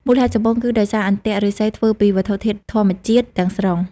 មូលហេតុចម្បងគឺដោយសារអន្ទាក់ឫស្សីធ្វើពីវត្ថុធាតុធម្មជាតិទាំងស្រុង។